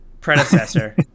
predecessor